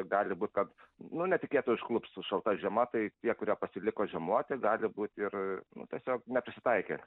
gali būt kad nu netikėtai užklups šalta žiema tai tie kurie pasiliko žiemoti gali būti ir nu tiesiog neprisitaikę